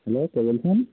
hello কে বলছেন